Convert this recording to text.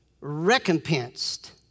recompensed